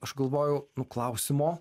aš galvojau nu klausimo